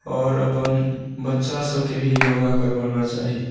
आओर अपन बच्चासभकेँ भी योग करवाना चाही